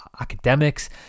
academics